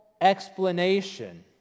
explanation